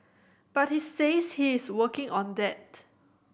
but he says he is working on that